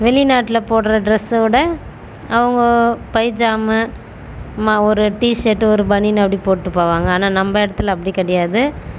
வெளிநாட்டில் போடுகிற ட்ரெஸ்ஸை விட அவங்க பைஜாமா மா ஒரு டீசெட்டு ஒரு பனியனு அப்படி போட்டு போவாங்க ஆனால் நம்ப இடத்துல அப்படி கிடையாது